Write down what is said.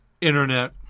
internet